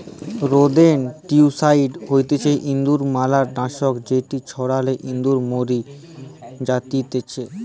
rodenticide হতিছে ইঁদুর মারার নাশক যেটি ছড়ালে ইঁদুর মরি জাতিচে